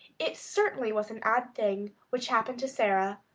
it certainly was an odd thing which happened to sara.